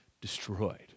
destroyed